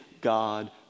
God